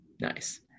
Nice